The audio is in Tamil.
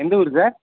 எந்த ஊர் சார்